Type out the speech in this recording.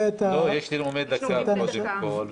לנו נאומים בני דקה,